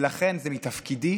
ולכן זה מתפקידי,